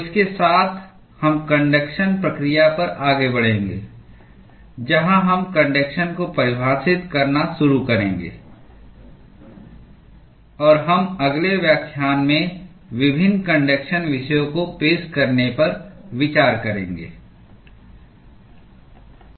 तो इसके साथ हम कन्डक्शन प्रक्रिया पर आगे बढ़ेंगे जहां हम कन्डक्शन को परिभाषित करना शुरू करेंगे और हम अगले व्याख्यान में विभिन्न कन्डक्शन विषयों को पेश करने पर विचार करेंगे